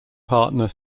partner